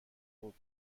بود